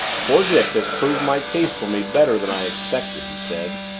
poor dick has proved my case for me better than i expected, he said,